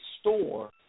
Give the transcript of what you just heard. store